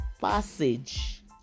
passage